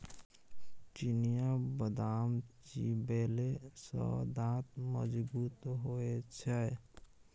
चिनियाबदाम चिबेले सँ दांत मजगूत होए छै